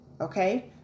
Okay